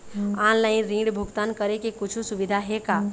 Online ऋण भुगतान करे के कुछू सुविधा हे का?